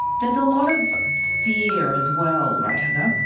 there's a lot of fear as well, right hagar?